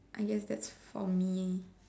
I guess that's for me